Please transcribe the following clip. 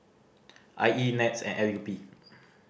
I E NETS and L U P